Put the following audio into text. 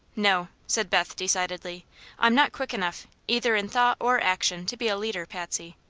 no, said beth, decidedly i'm not quick enough, either in thought or action, to be a leader, patsy.